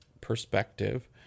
perspective